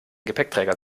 gepäckträger